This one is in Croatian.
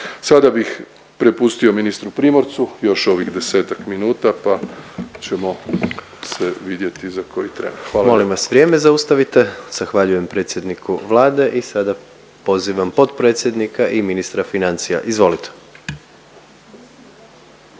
Sada bih prepustio ministru Primorcu još ovih 10-ak minuta pa ćemo se vidjeti za koji tren. Hvala vam. **Jandroković, Gordan (HDZ)** Molim vas vrijeme zaustavite. Zahvaljujem predsjedniku Vlade i sada pozivam potpredsjednika i ministra financija. Izvolite.